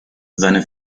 seine